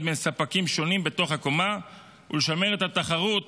בין ספקים שונים בתוך הקומה ולשמר את התחרות